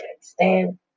Stand